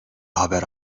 haber